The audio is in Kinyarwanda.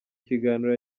kiganiro